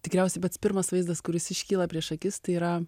tikriausiai pats pirmas vaizdas kuris iškyla prieš akis tai yra